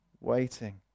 Waiting